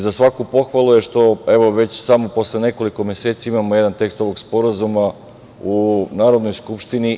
Za svaku pohvalu je što evo posle samo nekoliko meseci imamo jedan tekst ovog sporazuma u Narodnoj skupštini.